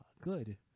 good